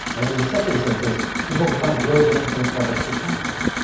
and in the second sentence he talks about gross national product per capita.